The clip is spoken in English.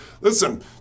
listen